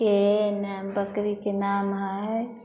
के नै बकरीके नाम हइ